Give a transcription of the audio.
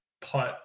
PUT